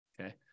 Okay